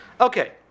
Okay